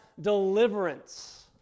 deliverance